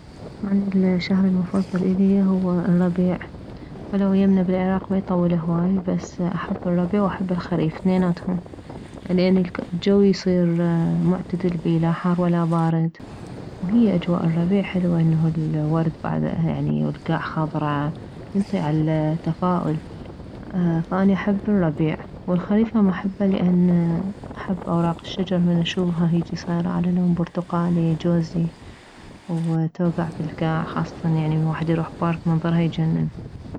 اني الشهر المفضل الي هو الربيع ولو يمنا بالعراق ما يطول هواي بس احب الربيع واحب الخريف ثنيناتهم لان الجو يصير معتدل بيه لا حار ولا بارد وهي اجواء الربيع حلوة انه الورد بعده يعني والكاع خضرة ينطي عالتفاؤل فاني احب الربيع والخريف هم احبه لان اوراق احب الشجر من اشوفها هيج صايره على لون برتقالي جوزي وتوكع بالكاع خاصة من واحد يروح بارك منظرها يجنن